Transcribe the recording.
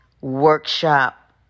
workshop